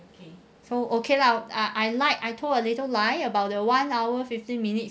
so okay lah I lied I told a little lie about the one hour fifteen minutes